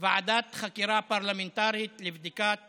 ועדת חקירה פרלמנטרית לבדיקת